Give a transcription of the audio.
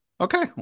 Okay